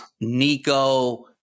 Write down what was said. Nico